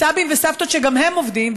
סבים וסבתות שגם הם עובדים,